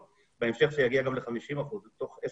אין יותר מגבלה של 75%. יכול להיות שזה יוריד אותנו